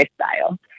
lifestyle